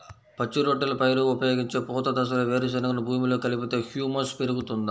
పచ్చి రొట్టెల పైరుగా ఉపయోగించే పూత దశలో వేరుశెనగను భూమిలో కలిపితే హ్యూమస్ పెరుగుతుందా?